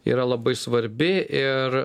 yra labai svarbi ir